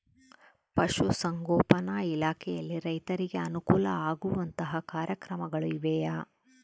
ಪಶುಸಂಗೋಪನಾ ಇಲಾಖೆಯಲ್ಲಿ ರೈತರಿಗೆ ಅನುಕೂಲ ಆಗುವಂತಹ ಕಾರ್ಯಕ್ರಮಗಳು ಇವೆಯಾ?